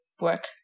work